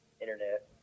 Internet